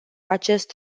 acest